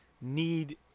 need –